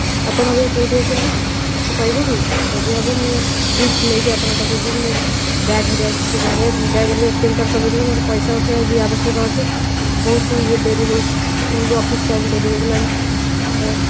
ଆପଣ ଏବେ କେଉଁଠି ଅଛନ୍ତି ମୋତେ କହିବେ କି ଯଦି ହେବ ମୁଁ ଲିଫ୍ଟ ନେଇକି ଆପଣଙ୍କ ପାଖକୁ ଯିବ ମୁଁ ବ୍ୟାଗ୍ ହେରିକା କିଛି ଆଣିବାକୁ ବ୍ୟାଗ୍ରେ ଏ ଟି ଏମ୍ କାର୍ଡ଼୍ ସବୁ ଦେଲେ ମୋର ପଇସା ଉଠାଇବା ବି ଆବଶ୍ୟକ ଅଛି ବହୁତ ଇଏ ଡେରି ହେଉଛି ମୁଁ ବି ଅଫିସ୍ ଟାଇମ୍ ଡେରି ହୋଇଗଲାଣି ଏ